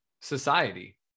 society